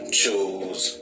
choose